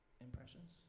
impressions